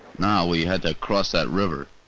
now we had to cross that river.